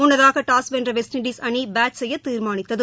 முன்னதாக டாஸ் வென்ற West Indies bat செய்ய தீர்மானித்தது